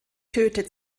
tötet